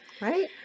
Right